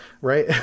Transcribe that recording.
right